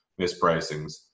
mispricings